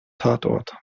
tatort